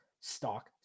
stock